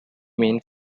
main